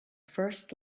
first